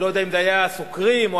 אני לא יודע אם היו אלה הסוקרים או